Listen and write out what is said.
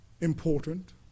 important